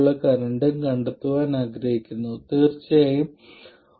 ഒരു ഡയോഡിന് അത് അത്തരത്തിലുള്ള ഒന്നാണെന്ന് നമുക്കറിയാം